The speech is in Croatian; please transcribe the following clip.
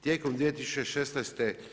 Tijekom 2016.